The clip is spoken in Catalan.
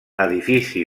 edifici